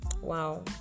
Wow